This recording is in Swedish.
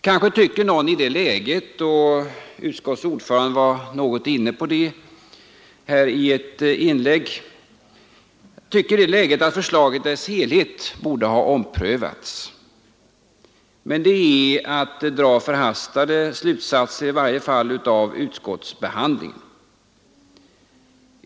Kanske tycker någon i det läget — utskottets ordförande var i någon mån inne på det i ett inlägg här — att förslaget i dess helhet borde ha omprövats, men det är att dra förhastade slutsatser, i varje fall av utskottsbehandlingen.